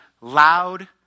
loud